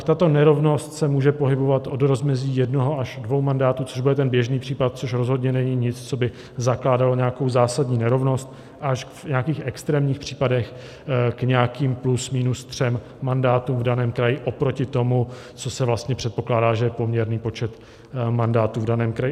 Tato nerovnost se může pohybovat od rozmezí jednoho až dvou mandátů, což bude ten běžný případ, což rozhodně není nic, co by zakládalo nějakou zásadní nerovnost, až v nějakých extrémních případech k nějakým plus minus třem mandátům v daném kraji oproti tomu, co se vlastně předpokládá, že je poměrný počet mandátů v daném kraji.